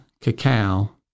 cacao